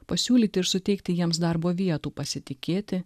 pasiūlyti ir suteikti jiems darbo vietų pasitikėti